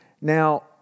Now